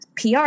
PR